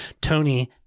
Tony